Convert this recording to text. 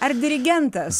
ar dirigentas